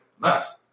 Nice